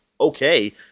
okay